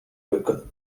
виконано